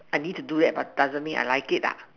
I need to do that but doesn't mean I like it ah